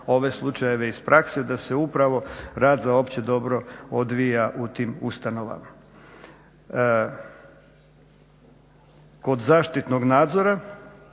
ove slučajeve iz prakse da se upravo rad za opće dobro odvija u tim ustanovama. Kod zaštitnog nadzora